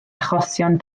achosion